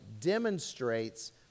demonstrates